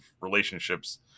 relationships